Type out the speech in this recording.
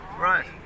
right